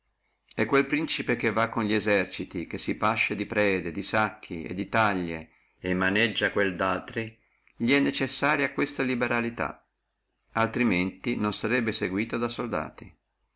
e quel principe che va con li eserciti che si pasce di prede di sacchi e di taglie maneggia quel di altri li è necessaria questa liberalità altrimenti non sarebbe seguíto da soldati